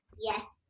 Yes